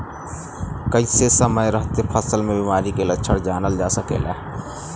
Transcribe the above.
कइसे समय रहते फसल में बिमारी के लक्षण जानल जा सकेला?